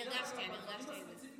אני הרגשתי, אני הרגשתי את זה.